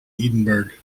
edinburgh